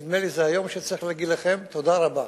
נדמה לי שזה היום שבו צריך להגיד לכם תודה רבה,